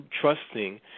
trusting